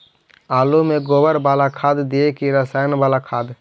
आलु में गोबर बाला खाद दियै कि रसायन बाला खाद?